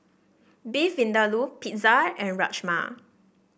Beef Vindaloo Pizza and Rajma